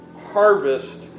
harvest